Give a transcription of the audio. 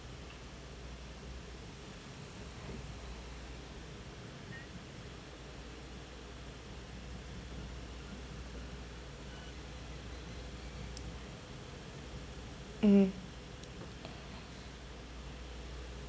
mm